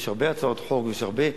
יש הרבה הצעות חוק ויש הרבה,